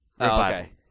Okay